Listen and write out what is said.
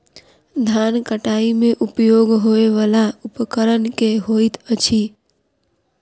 धान कटाई मे उपयोग होयवला उपकरण केँ होइत अछि?